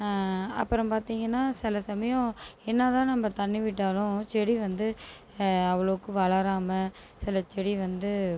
அப்புறம் பார்த்திங்கன்னா சில சமயம் என்னதான் நம்ம தண்ணி விட்டாலும் செடி வந்து அவ்வளோக்கு வளராமல் சில செடி வந்து